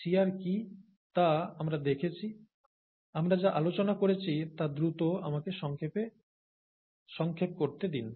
শিয়ার কী তা আমরা দেখেছি আমরা যা আলোচনা করেছি তা দ্রুত আমাকে সংক্ষেপ করতে দিন